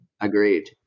agreed